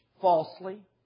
falsely